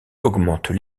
augmentent